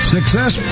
Success